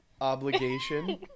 obligation